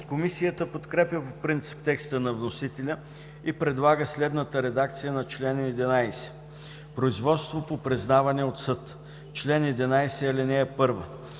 Комисията подкрепя по принцип текста на вносителя и предлага следната редакция на чл. 11: „Производство по признаване от съд Чл. 11. (1)